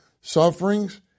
sufferings